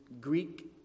Greek